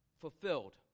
fulfilled